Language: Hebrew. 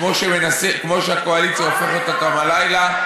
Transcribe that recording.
כמו שהקואליציה הופכת אותה הלילה,